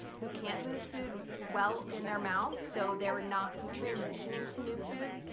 who can't move food well in their mouth so they were not transitioning to new foods.